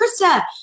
Krista